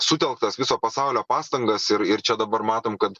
sutelktas viso pasaulio pastangas ir ir čia dabar matom kad